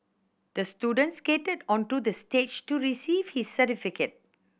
the student skated onto the stage to receive his certificate